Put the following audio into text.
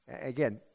Again